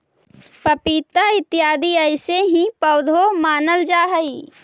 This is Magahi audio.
पपीता इत्यादि ऐसे ही पौधे मानल जा हई